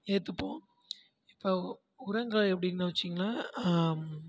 ஏற்றுப்போம் இப்போ உரங்கள் அப்படின்னு வைச்சுங்கன்னா